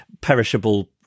perishable